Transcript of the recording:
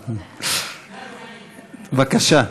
בבקשה.